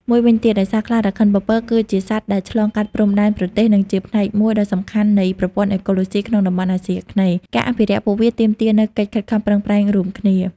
មួយវិញទៀត ដោយសារខ្លារខិនពពក គឺជាសត្វដែល ឆ្លងកាត់ព្រំដែនប្រទេស និងជាផ្នែកមួយដ៏សំខាន់នៃ ប្រព័ន្ធអេកូឡូស៊ីក្នុងតំបន់អាស៊ីអាគ្នេយ៍ ការអភិរក្សពួកវាទាមទារនូវកិច្ចខិតខំប្រឹងប្រែងរួមគ្នា។